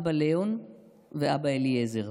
אבא ליאון ואבא אליעזר.